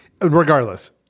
regardless